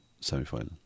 semi-final